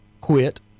quit